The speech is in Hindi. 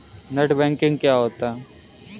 नेट बैंकिंग क्या होता है?